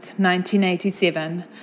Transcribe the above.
1987